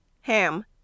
HAM